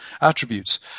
attributes